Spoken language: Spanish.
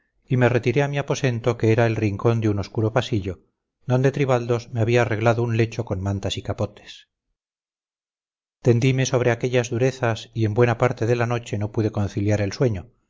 y me retiré a mi aposento que era el rincón de un oscuro pasillo donde tribaldos me había arreglado un lecho con mantas y capotes tendime sobre aquellas durezas y en buena parte de la noche no pude conciliar el sueño